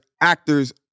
actors